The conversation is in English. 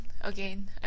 again